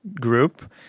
group